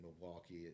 Milwaukee